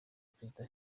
perezida